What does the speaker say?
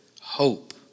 hope